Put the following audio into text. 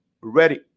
ready